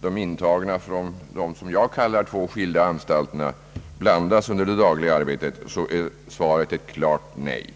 de intagna från de som jag kallar två skilda anstalterna blandas under det dagliga arbetet, så är svaret ett klart nej.